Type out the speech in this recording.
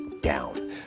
down